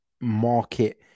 market